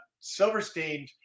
Silverstein